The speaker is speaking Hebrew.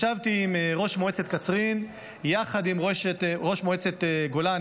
ישבתי עם ראש מועצת קצרין יחד עם ראש מועצת גולן,